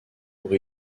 pour